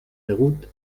degut